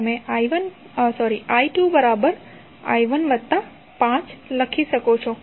તમે i2 i1 5 લખી શકો છો